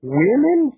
women